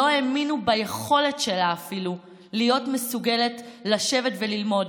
לא האמינו ביכולת שלה אפילו להיות מסוגלת לשבת וללמוד,